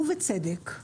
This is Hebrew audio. ובצדק,